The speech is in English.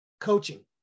coaching